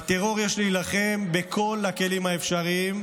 בטרור יש להילחם בכל הכלים האפשריים,